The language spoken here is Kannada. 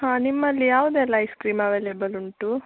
ಹಾಂ ನಿಮ್ಮಲ್ಲಿ ಯಾವುದೆಲ್ಲ ಐಸ್ ಕ್ರೀಮ್ ಅವೈಲೇಬಲ್ ಉಂಟು